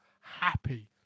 happy